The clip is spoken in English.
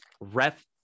ref